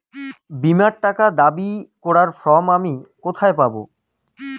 বীমার টাকা দাবি করার ফর্ম আমি কোথায় পাব?